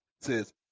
says